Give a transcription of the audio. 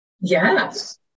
Yes